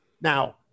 Now